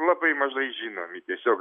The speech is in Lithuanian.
labai mažai žinomi tiesiog